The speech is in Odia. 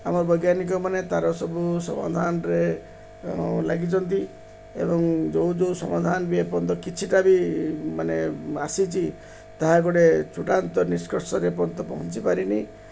ଆମର ବୈଜ୍ଞାନିକ ମାନେ ତାର ସବୁ ସମାଧାନରେ ଲାଗିଛନ୍ତି ଏବଂ ଯେଉଁ ଯେଉଁ ସମାଧାନ ବି ଏପର୍ଯ୍ୟନ୍ତ କିଛିଟା ବି ମାନେ ଆସିଛି ତାହା ଗୋଟେ ଚୂଟାନ୍ତ ନିଷ୍କର୍ସରେ ଏପର୍ଯ୍ୟନ୍ତ ପହଞ୍ଚି ପାରିନି